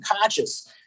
conscious